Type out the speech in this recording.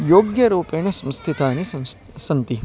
योग्यरूपेण संस्थितानि सन्ति सन्ति